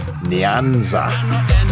Nyanza